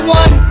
one